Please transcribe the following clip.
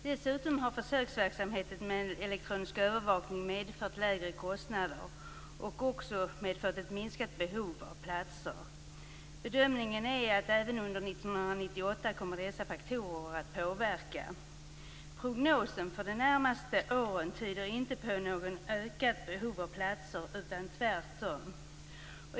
Dessutom har försöksverksamheten med elektronisk övervakning medfört lägre kostnader och även ett minskat behov av platser. Bedömningen är att dessa faktorer även under 1998 kommer att påverka. Prognosen för de närmaste åren tyder inte på något ökat behov av platser, tvärtom.